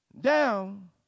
down